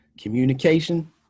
communication